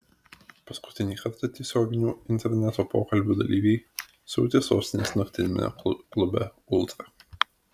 paskutinį kartą tiesioginių interneto pokalbių dalyviai siautė sostinės naktiniame klube ultra